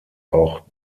auch